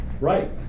Right